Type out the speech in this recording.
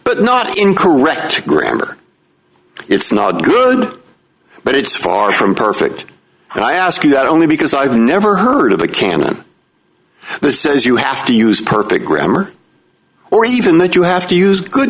but not in correct grammar it's not good but it's far from perfect and i ask that only because i've never heard of the canon that says you have to use perfect grammar or even that you have to use good